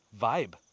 vibe